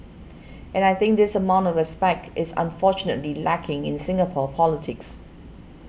and I think this amount of respect is unfortunately lacking in Singapore politics